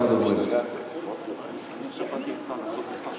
זה היה החלום הציוני, הפלסטינים כאזרחי